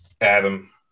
adam